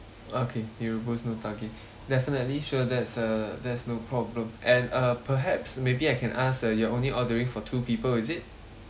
okay mee rebus no taugeh definitely sure that's uh that's no problem and uh perhaps maybe I can ask uh you're only ordering for two people is it